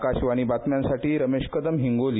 आकाशवाणी बातम्यांसाठी रमेश कदम हिंगोली